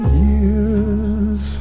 years